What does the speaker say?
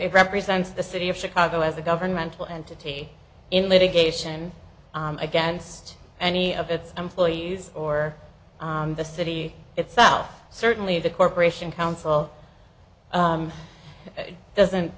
it represents the city of chicago as a governmental entity in litigation against any of its employees or the city itself certainly the corporation council doesn't